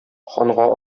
ханга